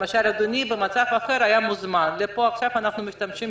למשל אדוני במצב אחר היה מוזמן לפה ועכשיו אנחנו משתמשים